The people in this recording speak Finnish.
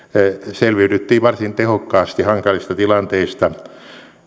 selviydyttiin varsin tehokkaasti hankalista tilanteista